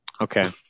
Okay